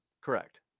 Correct